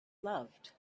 loved